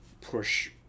push